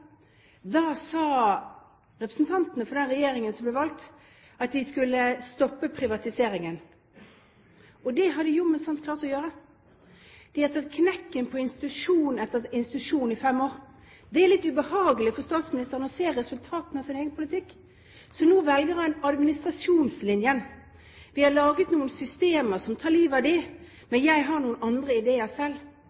Da sa representantene for den regjeringen som ble valgt, at de skulle stoppe privatiseringen. Og det har de jammen klart å gjøre! De har i fem år tatt knekken på institusjon etter institusjon. Det er litt ubehagelig for statsministeren å se resultatene av sin egen politikk. Så nå velger han administrasjonslinjen. De har laget noen systemer som tar livet av